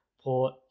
Port